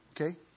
okay